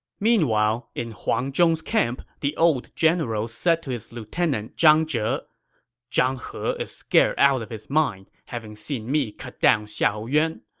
meanwhile, in huang zhong's camp, the old general said to his lieutenant zhang zhe, zhang he is scared out of his mind, having seen me cut down xiahou yuan.